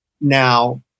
Now